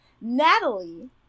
Natalie